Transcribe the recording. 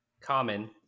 common